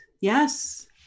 yes